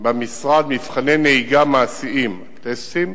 במשרד מבחני נהיגה מעשיים, טסטים.